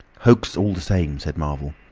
hoax all the same, said marvel.